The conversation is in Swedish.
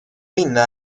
vinna